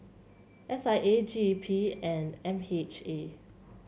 S I A G E P and M H A